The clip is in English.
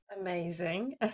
Amazing